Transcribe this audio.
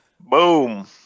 Boom